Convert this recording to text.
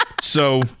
So-